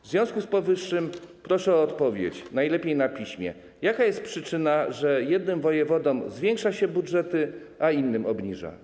W związku z powyższym proszę o odpowiedź, najlepiej na piśmie, na pytanie: Jaka jest przyczyna, że jednym województwom zwiększa się budżety, a innym obniża?